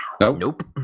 Nope